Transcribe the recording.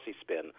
spin